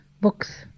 books